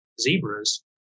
zebras